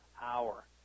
hour